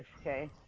okay